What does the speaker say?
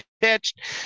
pitched